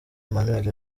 emmanuel